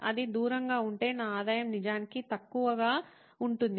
అది దూరంగా ఉంటే నా ఆదాయం నిజానికి తక్కువగా ఉంటుంది